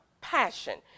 passion